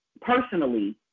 personally